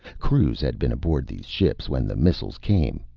crews had been aboard these ships when the missiles came,